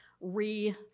re